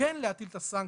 כן להטיל את הסנקציות.